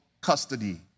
custody